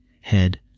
Head